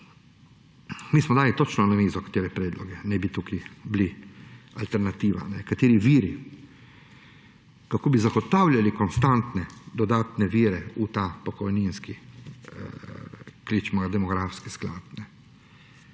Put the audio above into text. Mi smo dali točno na mizo, kateri predlogi naj bi tukaj bili alternativa, kateri viri, kako bi zagotavljali konstantne dodatne vire v ta pokojninski, kličemo ga demografski sklad.